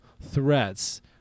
threats